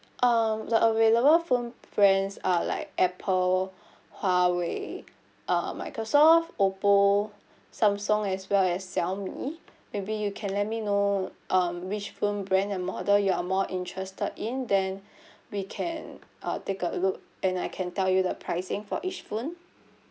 um the available phone brands are like apple Huawei uh microsoft Oppo Samsung as well as Xiaomi maybe you can let me know um which phone brand and model you are more interested in then we can uh take a look and I can tell you the pricing for each phone